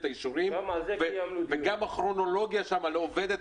האישורים וגם הכרונולוגיה שם לא עובדת.